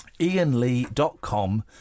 Ianlee.com